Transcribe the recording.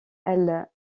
elle